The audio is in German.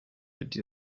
die